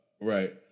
right